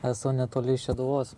esu netoli šeduvos